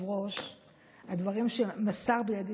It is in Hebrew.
ולכן קיימת חשיבות בכך שמענה זה יינתן